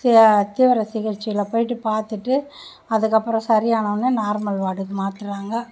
தே தீவிர சிகிச்சையில போயிவிட்டு பார்த்துட்டு அதுக்கப்புறம் சரி ஆனாவொன்னே நார்மல் வார்டுக்கு மாற்றுறாங்க